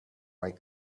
white